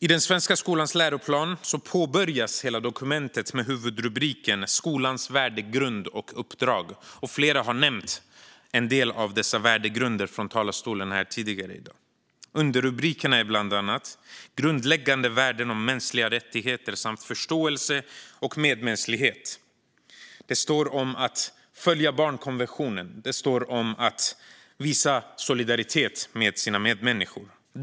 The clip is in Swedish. I den svenska skolans läroplan påbörjas hela dokumentet med huvudrubriken Skolans värdegrund och uppdrag. Flera har nämnt en del av dessa värdegrunder från talarstolen här tidigare i dag. Underrubrikerna handlar bland annat om grundläggande värden om mänskliga rättigheter samt förståelse och medmänsklighet. Det står om att följa barnkonventionen, och det står om att visa solidaritet med sina medmänniskor.